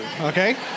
okay